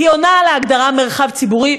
עונה על ההגדרה של מרחב ציבורי,